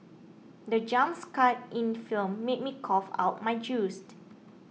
the jump scare in film made me cough out my juiced